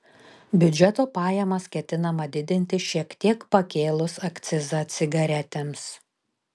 biudžeto pajamas ketinama didinti šiek tiek pakėlus akcizą cigaretėms